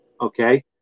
Okay